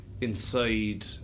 inside